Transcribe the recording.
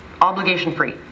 obligation-free